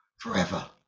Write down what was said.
forever